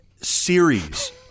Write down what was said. series